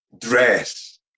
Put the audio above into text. dress